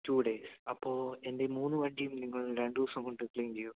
two days അപ്പോള് എൻറ്റെ ഈ മൂന്ന് വണ്ടിയും നിങ്ങൾ രണ്ട് ദിവസം കൊണ്ട് ക്ലീൻ ചെയ്യുമോ